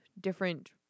different